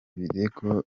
birego